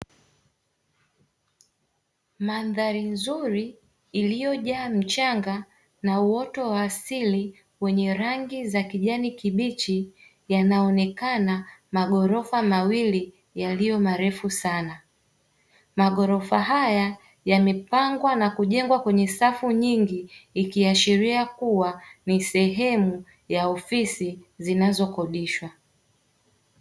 Mandhari nzuri iliyojaa mchanga na uoto wa asili; wenye rangi za kijani kibichi, yanaonekana maghorofa mawili yaliyo marefu sana. Maghorofa haya yamepangwa na kujengwa kwenye safu nyingi ikiashiria kuwa ni sehemu ya ofisi zinazokodishwa.